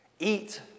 Eat